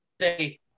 say